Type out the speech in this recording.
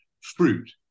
fruit